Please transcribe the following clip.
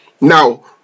now